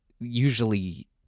usually